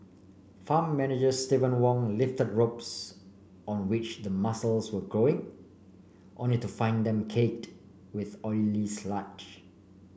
farm manager Steven Wong lifted ropes on which the mussels were growing only to find them caked with oily sludge